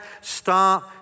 start